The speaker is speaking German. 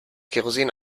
kerosin